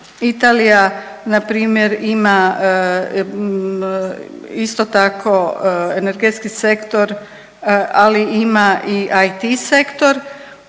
Italija na primjer ima isto tako energetski sektor, ali ima i IT sektor.